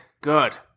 Good